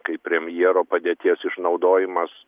kaip premjero padėties išnaudojimas